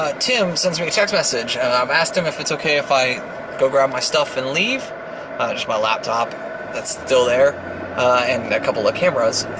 ah tim sends me a text message. i've asked him if it's ok if i go grab my stuff and leave, just my laptop that's still there and a couple of cameras,